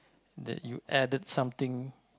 that you added something